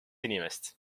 inimest